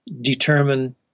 determine